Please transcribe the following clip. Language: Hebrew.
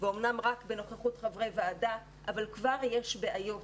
ורק בנוכחות חברי ועדה, אבל כבר יש בעיות.